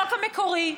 החוק המקורי,